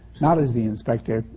not as the inspector,